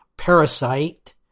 Parasite